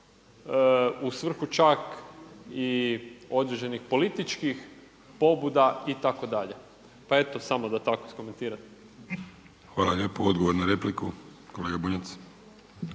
u svrhu čak i određenih političkih pobuda itd. Pa eto samo da tako iskomentiram. **Vrdoljak, Ivan (HNS)** Hvala lijepo. Odgovor na repliku, kolega Bunjac.